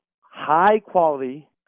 high-quality